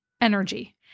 energy